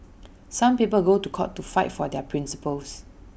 some people go to court to fight for their principles